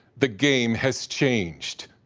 the game has changed.